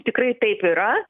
tikrai taip yra